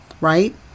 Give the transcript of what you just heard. right